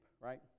right